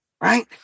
right